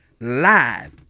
Live